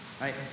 Right